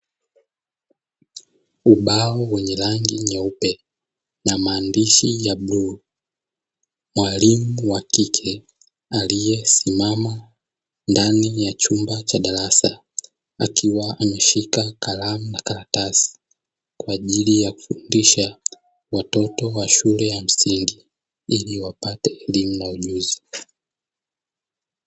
Ubao wenye rangi nyeupe na maandishi ya bluu mwalimu wa kike aliyesimama ndani ya chumba cha darasa, akiwa ameshika karamu na karatasi kwa ajili ya kufundisha watoto wa shule ya msingi ili wapate elimu na ujuzi.